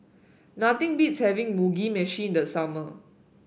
nothing beats having Mugi Meshi in the summer